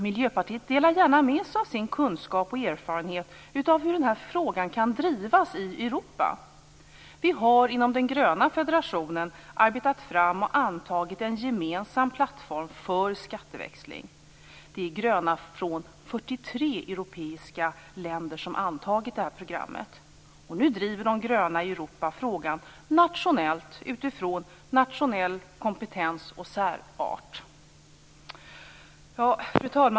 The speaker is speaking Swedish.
Miljöpartiet delar gärna med sig av sin kunskap och erfarenhet av hur den frågan kan drivas i Europa. Inom den gröna federationen har vi arbetat fram och antagit en gemensam plattform för skatteväxling. Det är gröna från 43 europeiska länder som antagit programmet. Nu driver de gröna i Europa frågan nationellt, utifrån nationell kompetens och särart.